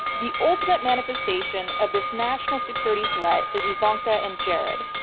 the ultimate manifestation of this national security threat is ivanka and jared,